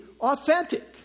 authentic